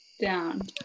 Down